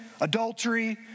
adultery